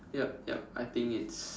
yup yup I think it's